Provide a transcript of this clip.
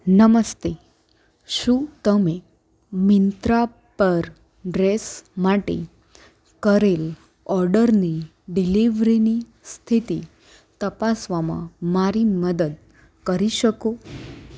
નમસ્તે શું તમે મિન્ત્રા પર ડ્રેસ માટે કરેલ ઓર્ડરની ડિલિવરીની સ્થિતિ તપાસવામાં મારી મદદ કરી શકો